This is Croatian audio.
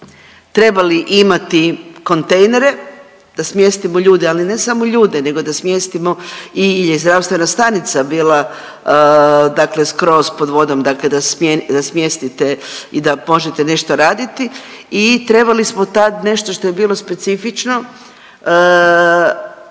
trebali imati kontejnere da smjestimo ljude, ali ne samo ljude nego da smjestimo i jel je i zdravstvena stanica bila dakle skroz pod vodom, dakle da smjestite i da možete nešto raditi i trebali smo tad nešto što je bilo specifično,